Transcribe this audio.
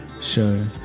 show